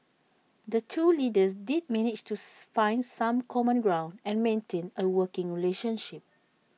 the two leaders did manage to find some common ground and maintain A working relationship